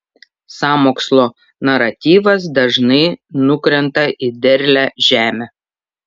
sąmokslo naratyvas dažnai nukrenta į derlią žemę